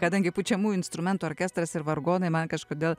kadangi pučiamųjų instrumentų orkestras ir vargonai man kažkodėl